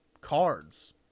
cards